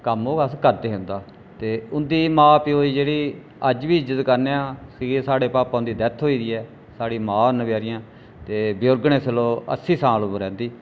कम्म ओह् अस करदे हे उं'दा ते उंदी मां प्यो दी जेह्ड़ी अज्ज बी इज्जत करने आं की के साढ़े भापा हुंदी डैथ होई दी ऐ साढ़ी मां होर न बचैरियां ते बुजुर्ग न इसलै ओह् अस्सी साल उमर ऐ उं'दी